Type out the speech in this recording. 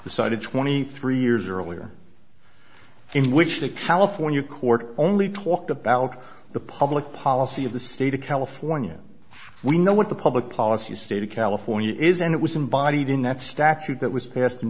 decided twenty three years earlier in which the california court only talked about the public policy of the state of california we know what the public policy state of california is and it was embodied in that statute that was passed in